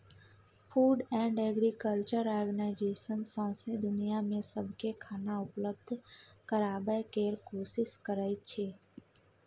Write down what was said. food and agriculture organisation सौंसै दुनियाँ मे सबकेँ खाना उपलब्ध कराबय केर कोशिश करइ छै